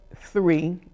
three